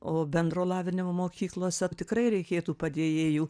o bendro lavinimo mokyklose tikrai reikėtų padėjėjų